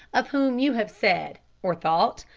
of whom you have said, or thought,